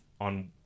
on